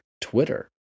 Twitter